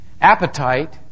appetite